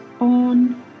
on